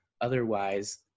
otherwise